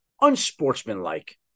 unsportsmanlike